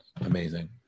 amazing